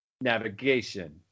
navigation